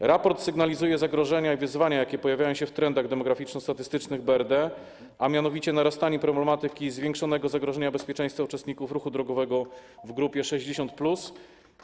W raporcie zasygnalizowane zostały zagrożenia i wyzwania, jakie pojawiają się w trendach demograficzno-statystycznych BRD, a mianowicie narastanie problemu zwiększonego zagrożenia bezpieczeństwa uczestników ruchu drogowego w grupie 60+.